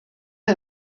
hyn